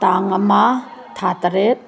ꯇꯥꯡ ꯑꯃ ꯊꯥ ꯇꯔꯦꯠ